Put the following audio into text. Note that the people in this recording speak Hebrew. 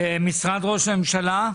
משרד ראש הממשלה?